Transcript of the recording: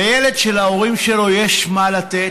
לילד שלהורים שלו יש מה לתת?